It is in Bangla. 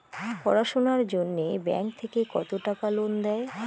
পড়াশুনার জন্যে ব্যাংক কত টাকা লোন দেয়?